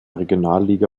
regionalliga